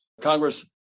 Congress